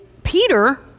Peter